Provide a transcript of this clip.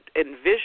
envision